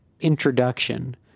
introduction